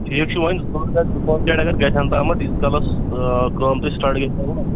ٹھیٖک چھُ وۄنۍ زٕ ژورگاڑِ زٕ پانٛژھ گاڑِ اگر گژھٮ۪ن تامَتھ ییٖتِس کالَس کٲم تہِ سِٹاٹ گژھِ ہا نا